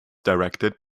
directed